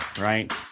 right